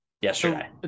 yesterday